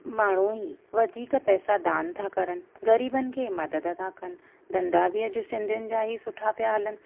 माण्हू ई वधीक पैसा दान था करणु ग़रीबनि खे मदद था कनि धंधा बि अॼु सिंधियुनि जा ई सुठा पिया हलनि